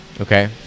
Okay